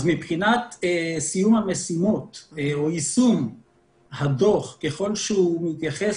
אז מבחינת סיום המשימות ויישום הדוח ככל שהוא מתייחס